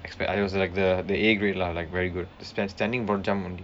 I was like the the a grade lah like very good spent stand standing broad jump